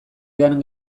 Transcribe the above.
edan